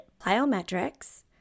plyometrics